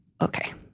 okay